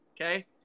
okay